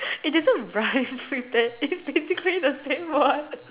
it doesn't rhyme with that it's basically the same word